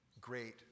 great